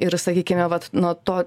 ir sakykime vat nuo to